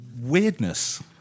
weirdness